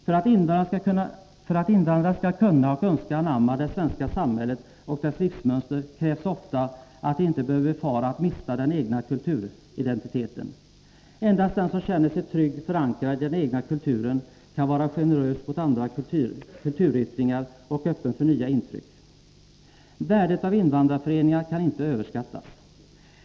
För att invandrare skall kunna och önska anamma det svenska samhällets livsmönster krävs ofta att de inte behöver befara att mista den egna kulturidentiteten. Endast den som känner sig tryggt förankrad i den egna kulturen kan vara generös mot andra kulturyttringar och öppen för nya intryck. Värdet av invandrarföreningar kan inte överskattas.